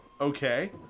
okay